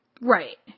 Right